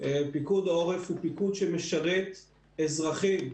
פיקוד העורף הוא פיקוד שמשרת אזרחים,